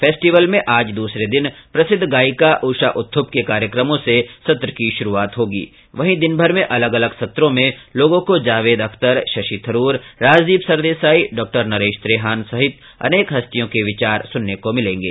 festival में आज दूसरे दिन प्रसिद्ध गायिका ऊषा उत्थ्यप के कार्यक्रम से सत्रों की शुरूआत होगी वहीं दिनभर में अलग अलग सत्रों में लोगों को जावेद अख्तर शशि थरूर राजदीप सरदेसाई डॉक्टर नरेश त्रेहान सहित अनेक हस्तियों के विचार सुनने को मिलेंगे